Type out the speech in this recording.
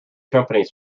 companies